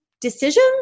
decision